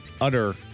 utter